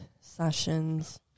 sessions